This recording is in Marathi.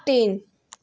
तीन